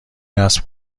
نصب